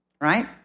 Right